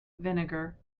vinegar